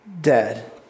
dead